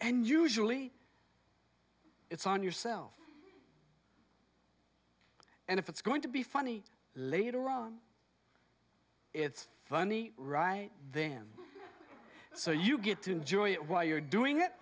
and usually it's on yourself and if it's going to be funny later on it's funny right then so you get to enjoy it while you're doing it